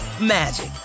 magic